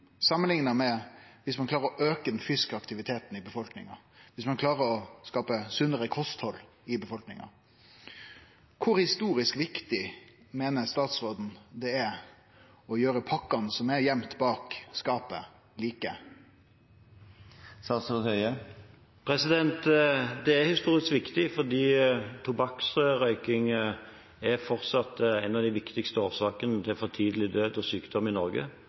Samanlikna med viss ein klarer å auke den fysiske aktiviteten og skape eit sunnare kosthald i befolkninga, kor historisk viktig i eit folkehelseperspektiv meiner statsråden det er å gjere pakkane som er gøymde bak skapet, like? Det er historiske viktig fordi tobakksrøyking fortsatt er en av de viktigste årsakene til for tidlig død og sykdom i Norge.